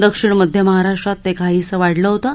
दक्षिण मध्य महाराष्ट्रात ते काहीसं वाढलं होतं